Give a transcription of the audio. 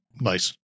nice